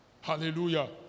Hallelujah